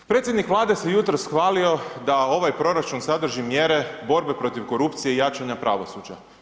Predsjednik Vlade se jutros hvalio da ovaj proračun sadrži mjere borbe protiv korupcije i jačanja pravosuđa.